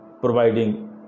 providing